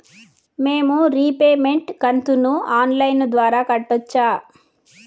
మేము రీపేమెంట్ కంతును online ద్వారా కట్టొచ్చా